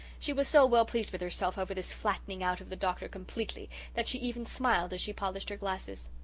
she was so well pleased with herself over this flattening out of the doctor completely that she even smiled as she polished her glasses.